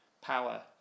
power